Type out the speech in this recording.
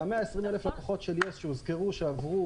ו-120,000 לקוחות של יס שהוזכר שעברו